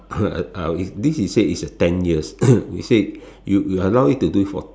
uh this is say is a ten years you say you allow it to do it for